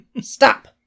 Stop